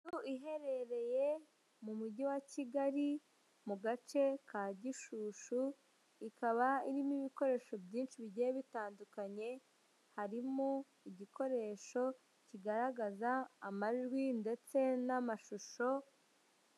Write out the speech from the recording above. Inzu iherereye mu mujyi wa Kigali mu gace ka Gishushu, ikaba irimo ibikoresho byinshi bigiye bitandukanye, harimo igikoresho kigaragaza amajwi ndetse n'amashusho.